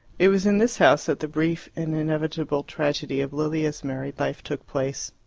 it was in this house that the brief and inevitable tragedy of lilia's married life took place.